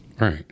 Right